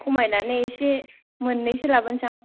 खमायनानै एसे मोन्नैसो लाबोनोसै आं